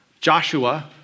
Joshua